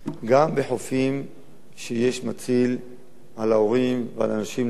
גם בחופים שיש מציל על ההורים ועל האנשים להשגיח